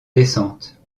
descente